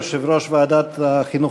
יושב-ראש ועדת החינוך,